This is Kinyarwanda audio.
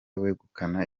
wegukana